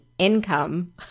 income